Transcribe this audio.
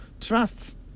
trust